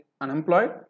unemployed